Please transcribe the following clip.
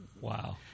Wow